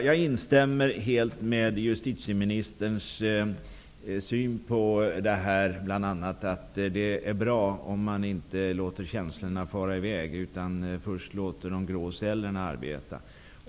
Fru talman! Jag delar helt justitieministerns syn att det är bra om man inte låter känslorna fara i väg, utan först låter de grå cellerna arbeta.